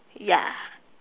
ya